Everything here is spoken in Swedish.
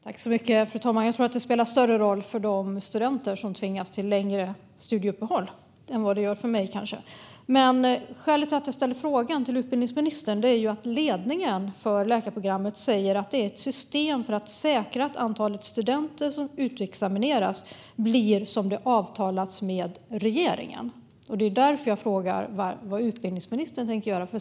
Fru talman! Jag tror att den spelar större roll för de studenter som tvingas till längre studieuppehåll än vad den kanske gör för mig. Skälet till att jag ställer frågan till utbildningsministern är att ledningen för läkarprogrammet säger att detta är ett system för att säkra att antalet studenter som utexamineras blir som det avtalats med regeringen. Det är därför jag frågar vad utbildningsministern tänker göra.